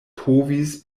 povis